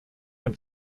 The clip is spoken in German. dem